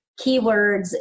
keywords